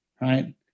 right